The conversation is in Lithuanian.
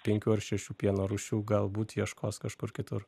penkių ar šešių pieno rūšių galbūt ieškos kažkur kitur